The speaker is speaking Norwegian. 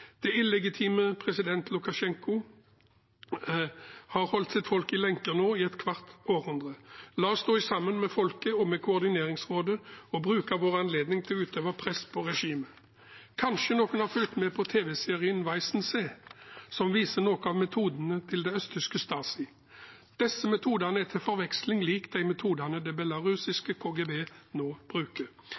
illegitime president Lukasjenko har holdt sitt folk i lenker nå i et kvart århundre. La oss stå sammen med folket og med koordineringsrådet og bruke vår anledning til å utøve press på regimet. Kanskje noen har fulgt med på tv-serien Weissensee, som viser noen av metodene til det øst-tyske Stasi. Disse metodene er til forveksling lik de metodene det belarusiske KGB nå bruker.